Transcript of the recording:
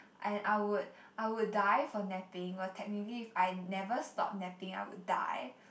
and I would I would die for napping well technically if I never stop napping I would die